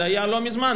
זה היה לא מזמן,